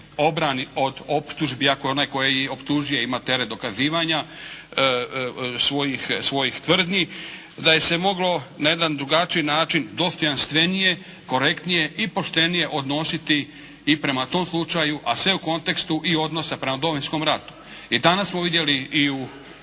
obrani od optužbi ako je onaj koji optužuje ima teret dokazivanja svojih tvrdnji, da je se moglo na jedan drugačiji način, dostojanstvenije, korektnije i poštenije odnositi i prema tom slučaju. A sve u kontekstu i odnosa prema Domovinskom ratu. I danas smo vidjeli i u